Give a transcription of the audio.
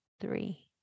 three